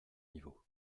niveaux